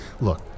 Look